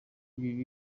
bibi